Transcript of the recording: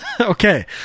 Okay